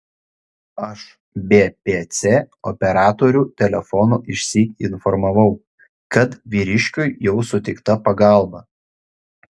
aš bpc operatorių telefonu išsyk informavau kad vyriškiui jau suteikta pagalba